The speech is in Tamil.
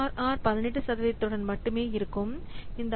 ஆர் 18 சதவிகிதத்துடன் மட்டுமே இருக்கும் இந்த ஐ